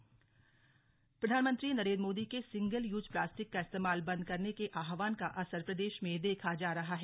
single use plastic प्रधानमंत्री नरेंद्र मोदी के single use plastic का इस्तेमाल बंद करने के आह्वान का असर प्रदेश में देखा जा रहा है